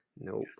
Nope